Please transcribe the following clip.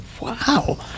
wow